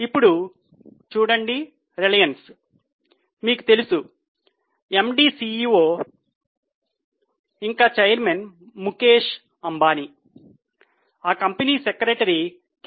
ఇప్పుడు చూడండి రిలయన్స్ మీకు తెలుసు MD CEO ఇంకా చైర్మన్ ముఖేష్ అంబానీ ఆ కంపెనీ సెక్రెటరీ K